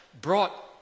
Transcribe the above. brought